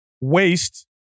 waste